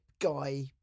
guy